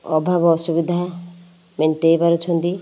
ଅଭାବ ଅସୁବିଧା ମେଣ୍ଟାଇ ପାରୁଛନ୍ତି